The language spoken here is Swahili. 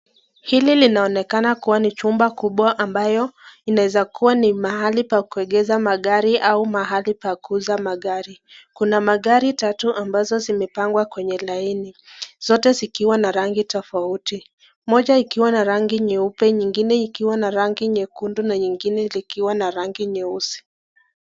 Hili linaonekana kua ni chumba kubwa ambalo linaeza kua ni mahali pa kuegesha magari au mahali pa kuuza magari. Kuna magari tatu ambazo zimepangwa kwenye laini, zote zikiwa na rangi tofauti. Moja ikiwa na rangi nyeupe nyingine ikiwa na rangi nyekundu na lingine likiwa na rangi nyeusi.